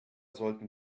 sollten